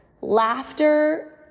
Laughter